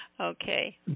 Okay